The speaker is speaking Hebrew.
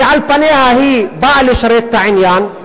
שעל פניה באה לשרת את העניין,